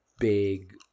big